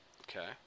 Okay